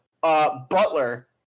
Butler